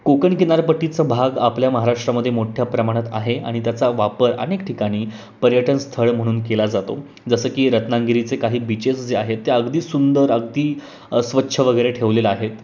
कोकण किनारपट्टीचं भाग आपल्या महाराष्ट्रामध्ये मोठ्या प्रमाणात आहे आणि त्याचा वापर अनेक ठिकाणी पर्यटन स्थळ म्हणून केला जातो जसं की रत्नांगिरीचे काही बीचेस जे आहेत ते अगदी सुंदर अगदी स्वच्छ वगैरे ठेवलेलं आहेत